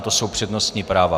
To jsou přednostní práva.